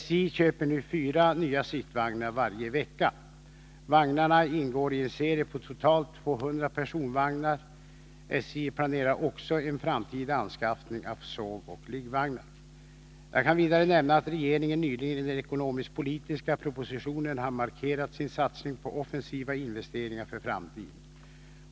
SJ köper nu fyra nya sittvagnar varje vecka. Vagnarna ingår i en serie på totalt 200 personvagnar. SJ planerar också en framtida anskaffning av sovoch liggvagnar. Jag kan vidare nämna att regeringen nyligen i den ekonomisk-politiska propositionen har markerat sin satsning på offensiva investeringar för framtiden.